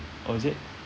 oh is it